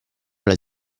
alla